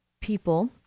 people